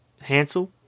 Hansel